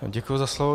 Děkuji za slovo.